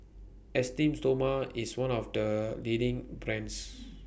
Esteem Stoma IS one of The leading brands